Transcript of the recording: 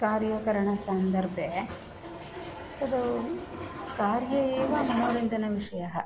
कार्यकारणसन्दर्भे तत् कार्ये एव मनोरञ्जनविषयः